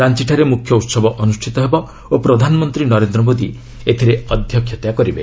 ରାଞ୍ଚଠାରେ ମୁଖ୍ୟ ଉତ୍ସବ ଅନୁଷ୍ଠିତ ହେବ ଓ ପ୍ରଧାନମନ୍ତ୍ରୀ ନରେନ୍ଦ୍ର ମୋଦି ଏଥରେ ଅଧ୍ୟକ୍ଷତା କରିବେ